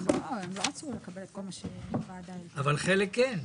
הם לא רצו לקבל את כל מה שהוועדה --- אבל חלק כן.